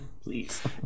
please